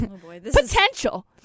potential